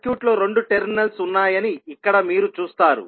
సర్క్యూట్లో రెండు టెర్మినల్స్ ఉన్నాయని ఇక్కడ మీరు చూస్తారు